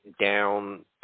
down